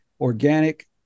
organic